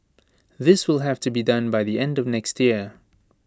this will have to be done by the end of next year